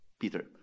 Peter